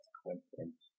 coincidence